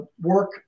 work